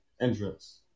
Entrance